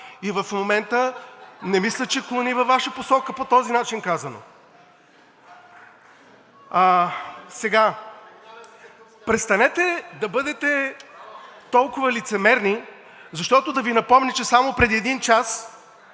В момента не мисля, че клони във Ваша посока по този начин казано. (Силен шум и реплики.) Престанете да бъдете толкова лицемерни, защото да Ви напомня, че само преди един час